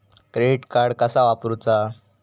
Credit card कसा वापरूचा?